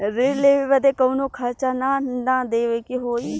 ऋण लेवे बदे कउनो खर्चा ना न देवे के होई?